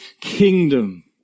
kingdom